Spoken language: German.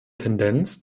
tendenz